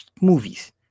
movies